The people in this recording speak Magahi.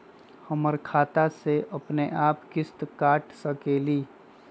हमर खाता से अपनेआप किस्त काट सकेली?